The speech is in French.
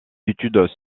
études